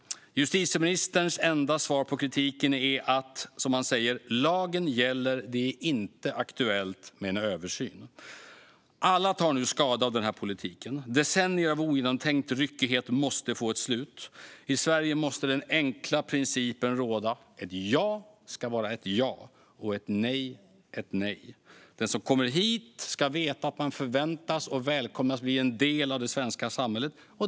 Justitieministerns enda svar på kritiken är att, som han säger: Lagen gäller. Det är inte aktuellt med en översyn. Alla tar nu skada av politiken. Decennier av ogenomtänkt ryckighet måste få ett slut. I Sverige måste den enkla principen råda: Ett ja ska vara ett ja, och ett nej ett nej. Den som kommer hit ska veta att man förväntas och välkomnas att bli en del av det svenska samhället.